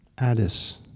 Addis